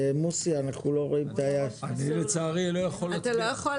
מי נגד?